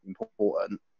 important